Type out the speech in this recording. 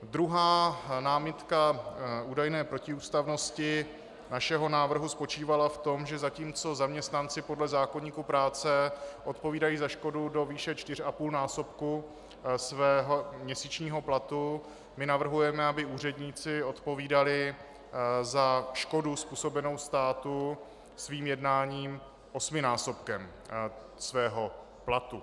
Druhá námitka údajné protiústavnosti našeho návrhu spočívala v tom, že zatímco zaměstnanci podle zákoníku práce odpovídají za škodu do výše čtyřapůlnásobku svého měsíčního platu, my navrhujeme, aby úředníci odpovídali za škodu způsobenou státu svým jednáním osminásobkem svého platu.